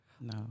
No